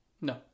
No